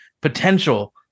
potential